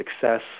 success